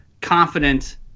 confident